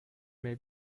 may